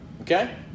Okay